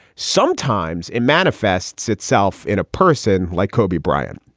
sometimes it manifests itself in a person like kobe bryant.